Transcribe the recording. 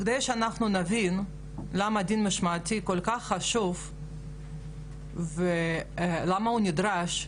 כדי שאנחנו נבין למה דין משמעתי כל כך חשוב ולמה הוא נדרש,